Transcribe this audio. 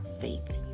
faith